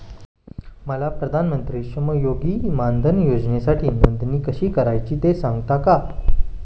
मला प्रधानमंत्री श्रमयोगी मानधन योजनेसाठी नोंदणी कशी करायची ते सांगता का?